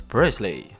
Presley